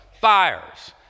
fires